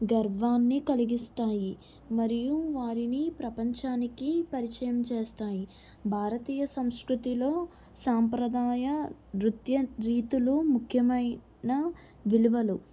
గర్వాన్ని కలిగిస్తాయి మరియు వారిని ప్రపంచానికి పరిచయం చేస్తాయి భారతీయ సంస్కృతిలో సాంప్రదాయ నృత్య రీతులు ముఖ్యమైన విలువలు